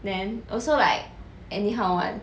then also like anyhow one